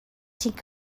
think